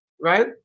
right